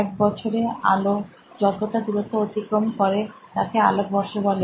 এক বছরে আলো যতোটা দূরত্ব অতিক্রম করে তাকে আলোকবর্ষ বলে